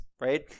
right